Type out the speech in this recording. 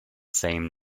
same